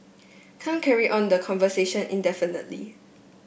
can't carry on the conversation indefinitely